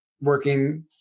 working